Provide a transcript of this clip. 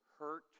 hurt